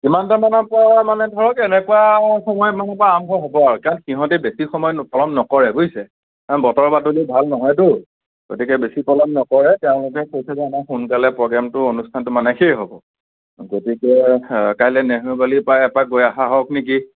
কিমানটা মানৰ পৰা মানে ধৰক এনেকুৱা সময় মানৰ পৰা আৰম্ভ হ'ব আৰু কাৰণ সিহঁতে বেছি সময় পলম নকৰে বুজিছে বতৰ বাতৰি ভাল নহয়টো গতিকে বেছি পলম নকৰে তেওঁলোকে কৈছে যে আমাৰ সোনকালে প্ৰগ্ৰেমটো অনুষ্ঠানটো মানে শেষ হ'ব গতিকে কালিলৈ নেহেৰুবালিৰ পৰাই এপাক গৈ অহা হওক নেকি